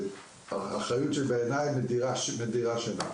כי בעיניי זו אחריות שמדירה שינה.